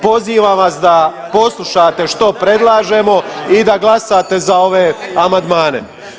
Pozivam vas da poslušate što predlažemo i da glasate za ove amandmane.